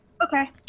Okay